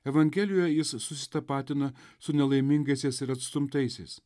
evangelijoje jis susitapatina su nelaimingaisiais ir atstumtaisiais